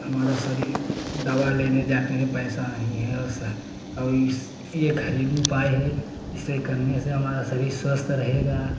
हमारा शरीर दवा लेने जाते हैं पैसा नहीं है ऐसा और इस ये घरेलू उपाय है इसे करने से हमारा शरीर स्वस्थ रहेगा